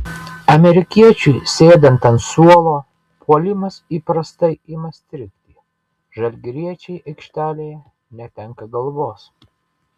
amerikiečiui sėdant ant suolo puolimas įprastai ima strigti žalgiriečiai aikštelėje netenka galvos